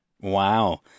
wow